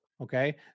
Okay